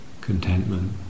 contentment